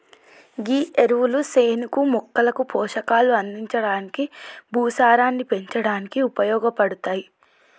గీ ఎరువులు సేనుకి మొక్కలకి పోషకాలు అందించడానికి, భూసారాన్ని పెంచడానికి ఉపయోగపడతాయి